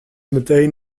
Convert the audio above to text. meteen